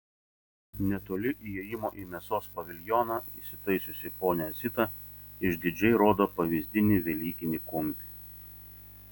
netoli įėjimo į mėsos paviljoną įsitaisiusi ponia zita išdidžiai rodo pavyzdinį velykinį kumpį